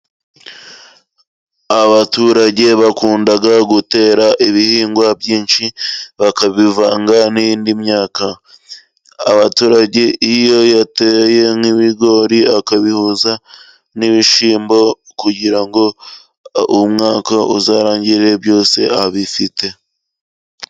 Abaturage bakunda gutera ibihingwa byinshi bakabivanga n'yinindi myaka, abaturage iyo bateye nk'ibigori bakabihuza n'ibishyimbo kugira ngo umwaka uzarangirerire byose abifite.